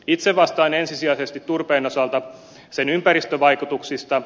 itse vastaan ensisijaisesti turpeen osalta sen ympäristövaikutuksista